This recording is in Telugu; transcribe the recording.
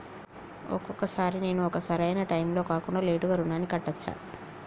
ఒక్కొక సారి నేను ఒక సరైనా టైంలో కాకుండా లేటుగా రుణాన్ని కట్టచ్చా?